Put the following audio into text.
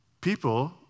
People